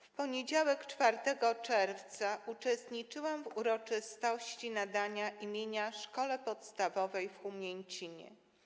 W poniedziałek 4 czerwca uczestniczyłam w uroczystości nadania imienia szkole podstawowej w Humięcinie.